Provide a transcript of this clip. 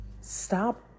stop